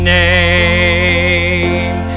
name